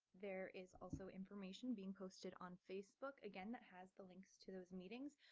there is also information being posted on facebook. again, that has the links to those meetings.